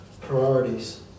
priorities